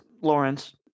Lawrence